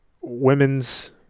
women's